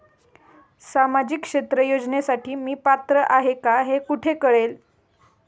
सामाजिक क्षेत्र योजनेसाठी मी पात्र आहे का हे कुठे कळेल?